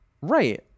right